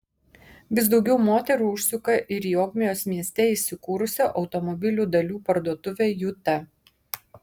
vis daugiau moterų užsuka ir į ogmios mieste įsikūrusią automobilių dalių parduotuvę juta